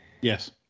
yes